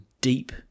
deep